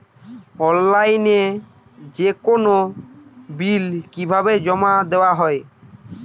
অনলাইনে যেকোনো বিল কিভাবে জমা দেওয়া হয়?